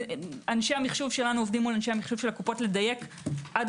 אנשי המחשוב שלנו עובדים מול אנשי המחשוב של הקופות לדייק עד